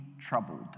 troubled